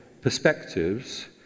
perspectives